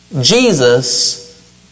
Jesus